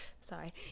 sorry